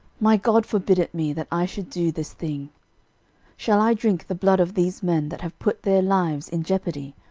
my god forbid it me, that i should do this thing shall i drink the blood of these men that have put their lives in jeopardy?